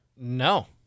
No